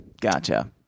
Gotcha